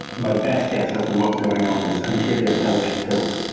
my best guess as to what was going on is anterior pelvic tilt,